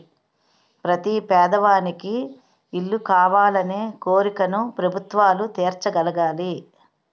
ప్రతి పేదవానికి ఇల్లు కావాలనే కోరికను ప్రభుత్వాలు తీర్చగలగాలి